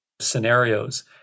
scenarios